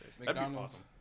McDonald's